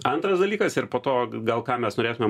antras dalykas ir po to gal ką mes norėtumėm